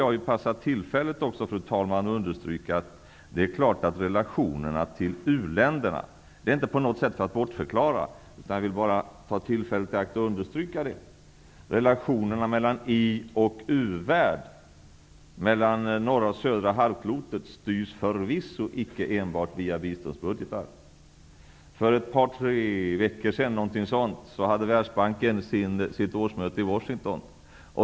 Jag vill passa på tillfället att understryka -- det är inte meningen att ge några bortförklaringar -- att relationerna mellan i och uvärld, mellan norra och södra halvklotet, styrs förvisso icke enbart via biståndsbudgetar. För några veckor sedan hade Världsbanken sitt årsmöte i Washington.